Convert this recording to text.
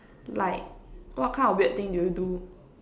like what kind of weird thing do you do